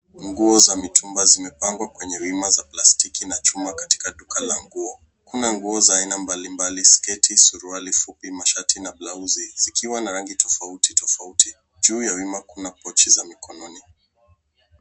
Nguo za mitumba zimepangwa kwenye rima za plastiki na chuma katika duka la nguo .Kuna nguo za aina mbali mbal; sketi, suruali fupi, mashati na blausi zikiwa na rangi tofauti tofauti. Juu ya wima kuna pochi za mikononi.